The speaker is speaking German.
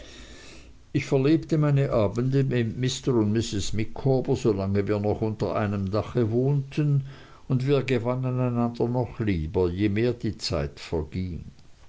ich verlebte meine abende mit mr und mrs micawber so lange wir noch unter einem dache wohnten und wir gewannen einander noch lieber je mehr die zeit verging